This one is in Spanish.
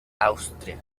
austria